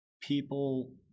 people